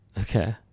Okay